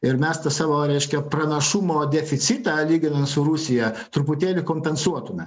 ir mes tą savo reiškia pranašumo deficitą lyginant su rusija truputėlį kompensuotume